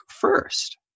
first